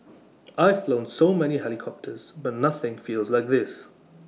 I've flown so many helicopters but nothing feels like this